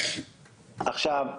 עכשיו,